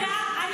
אתה רוצה ועדה?